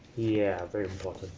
ya very important